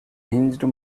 hinged